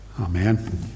Amen